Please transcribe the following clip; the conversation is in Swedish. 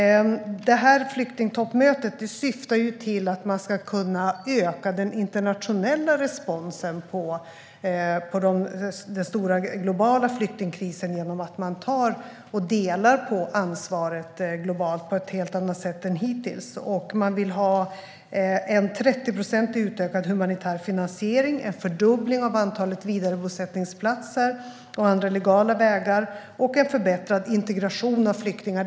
Flyktingtoppmötet syftar till att man ska kunna öka den internationella responsen på den stora globala flyktingkrisen genom att man delar på ansvaret globalt på ett helt annat sätt än hittills. Man vill ha en humanitär finansiering som är utökad med 30 procent, en fördubbling av antalet vidarebosättningsplatser och andra legala vägar, och en förbättrat integration av flyktingar.